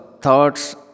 thoughts